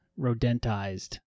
Rodentized